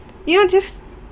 you know just